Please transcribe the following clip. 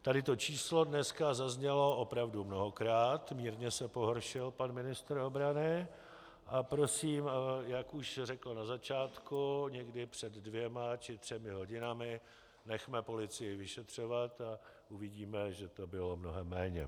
Tady to číslo dneska zaznělo opravdu mnohokrát, mírně se pohoršil pan ministr obrany, a prosím, jak už řekl na začátku někdy před dvěma či třemi hodinami, nechme policii vyšetřovat a uvidíme, že to bylo mnohem méně.